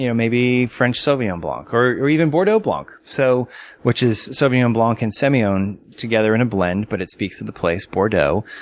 you know maybe french sauvignon blanc or even bordeaux blanc, so which is sauvignon blanc and semillon together in a blend, but it speaks to the place, bordeaux.